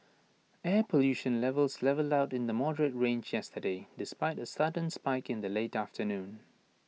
air pollution levels levelled out in the moderate range yesterday despite A sudden spike in the late afternoon